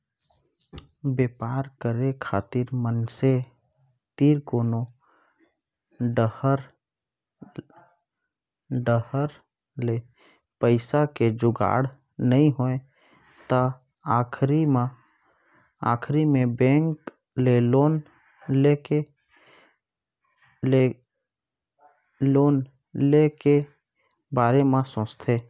बेपार करे खातिर मनसे तीर कोनो डाहर ले पइसा के जुगाड़ नइ होय तै आखिर मे बेंक ले लोन ले के बारे म सोचथें